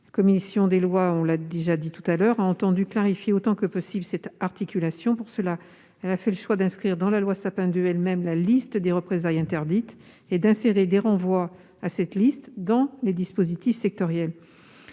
la commission des lois a entendu clarifier autant que possible cette articulation. Pour ce faire, elle a fait le choix d'inscrire dans la loi Sapin II elle-même la liste des représailles interdites, et d'insérer des renvois à cette liste dans les dispositifs sectoriels.